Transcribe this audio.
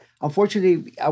unfortunately